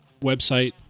website